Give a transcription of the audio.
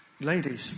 Ladies